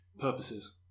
purposes